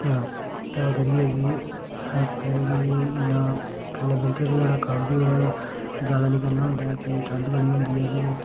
ते तां करियै कि अस मतलब कि इन्ना करने विंटर बी थोह्ड़ा कम्म बी थोह्ड़ा ज्यादा नेईं करना होंदा ऐ कि ठंड बड़ी होंदी ऐ जे